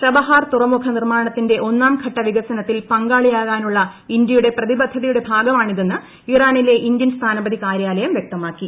ചബഹർ തുറമുഖ നിർമ്മാണത്തിന്റെ ഒന്നാം ഘട്ട വികസനത്തിൽ പങ്കാളിയാകാനുള്ള ഇന്തൃയുടെ പ്രതിബദ്ധതയുടെ ഭാഗമാണിതെന്ന് ഇറാനിലെ ഇന്ത്യൻ സ്ഥാനപതി കാര്യാലയം വ്യക്തമാക്കി